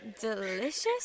delicious